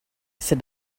said